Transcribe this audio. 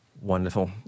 Wonderful